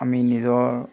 আমি নিজৰ